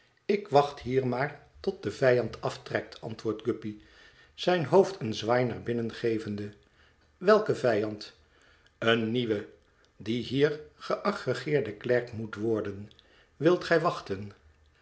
ik wacht hier maar tot de vijand aftrekt antwoordt guppy zijn hoofd een zwaai naar binnen gevende welke vijand een nieuwe die hier geagreëerdc klerk moet worden wilt gij wachten